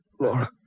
Laura